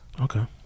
Okay